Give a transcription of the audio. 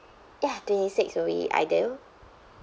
ya twenty-sixth will be ideal